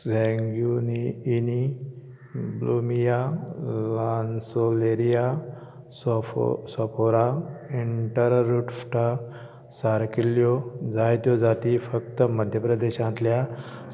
सॅन्गुइनी ब्लुमिया लान्सोलेरिया सोफोरा इंटररुप्टा सारकिल्ल्यो जायत्यो जाती फक्त मध्यप्रदेशांतल्या